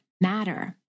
matter